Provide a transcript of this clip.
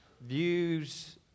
views